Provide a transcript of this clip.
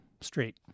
Street